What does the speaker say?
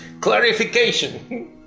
clarification